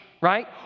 right